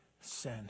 sin